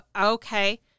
okay